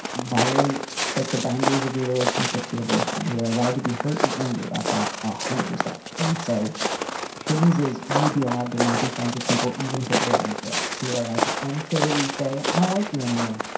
violate like the boundaries of your relationship to your boyfriend. you're allowed to be hurt and angry about that. a hundred percent. and so the good news is you'd be allowed to not be friends with people even if it were unfair. you were allowed to unfairly say, i don't like you anymore.